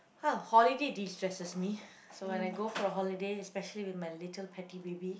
ah holiday destresses me so when I go for a holiday especially with my little petty baby